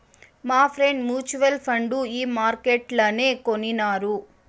మాఫ్రెండ్ mutual fund ఈ మార్కెట్లనే కొనినారు